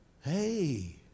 hey